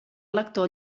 lector